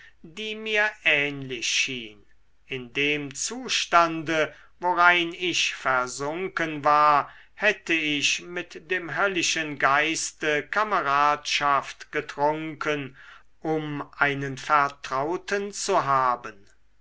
die mir ähnlich schien in dem zustande worein ich versunken war hätte ich mit dem höllischen geiste kameradschaft getrunken um einen vertrauten zu haben